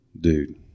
Dude